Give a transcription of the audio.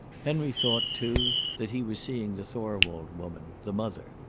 henry thought, too, that he was seeing the thorwald woman, the mother.